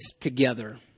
together